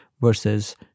versus